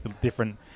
different